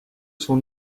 son